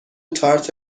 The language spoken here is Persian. تارت